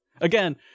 again